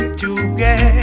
together